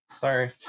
sorry